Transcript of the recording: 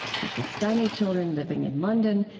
pakistani children living in london,